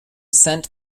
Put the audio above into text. sent